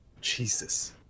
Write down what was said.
Jesus